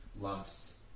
lumps